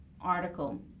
article